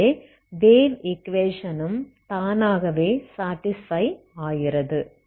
ஆகவே வேவ் ஈக்வேஷனும் தானாகவே சாடிஸ்பை ஆகிறது